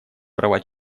права